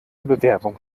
bewerbung